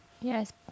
Yes